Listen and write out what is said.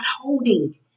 holding